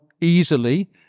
easily